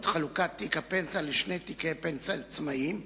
חלוקת תיק הפנסיה לשני תיקי פנסיה עצמאיים,